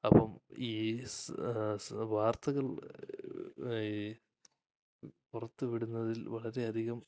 അപ്പം ഈ സ് ഈ വാർത്തകൾ ഈ പുറത്ത് വിടുന്നതിൽ വളരെയധികം